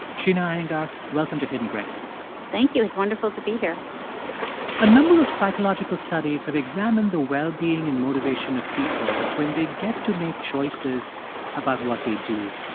sheena iyengar, welcome to hidden brain thank you. it's wonderful to be here a number of psychological studies have examined the well-being and motivation of people when they get to make choices about what they do.